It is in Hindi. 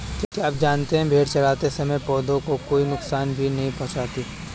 क्या आप जानते है भेड़ चरते समय पौधों को कोई नुकसान भी नहीं पहुँचाती